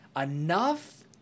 enough